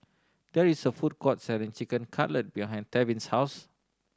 there is a food court selling Chicken Cutlet behind Tevin's house